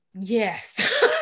yes